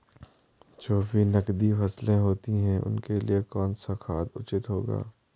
जो भी नकदी फसलें होती हैं उनके लिए कौन सा खाद उचित होगा?